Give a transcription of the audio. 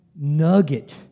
nugget